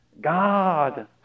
God